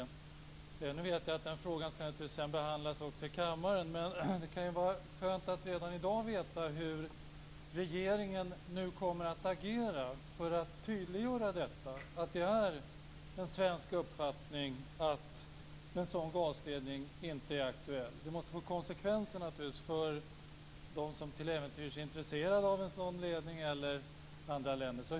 Jag vet att den frågan naturligtvis skall behandlas också i kammaren, men det kan vara skönt att redan i dag veta hur regeringen kommer att agera för att tydliggöra att det är en svensk uppfattning att en sådan gasledning inte är aktuell. Det måste naturligtvis få konsekvenser för dem som till äventyrs är intresserade av en sådan ledning eller för andra länder.